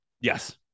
Yes